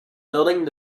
building